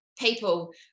people